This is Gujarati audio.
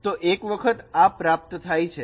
તો એક વખત આ પ્રાપ્ત થાય છે